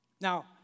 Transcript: Now